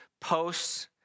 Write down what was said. posts